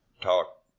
talk